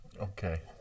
Okay